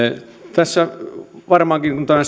tässä varmaankin tämä